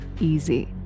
easy